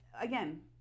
again